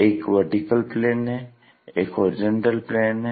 एक VP है एक HP है